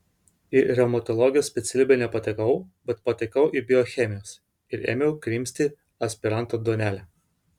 į reumatologijos specialybę nepatekau bet patekau į biochemijos ir ėmiau krimsti aspiranto duonelę